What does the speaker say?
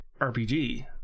RPG